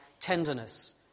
tenderness